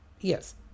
Yes